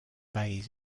bays